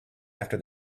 after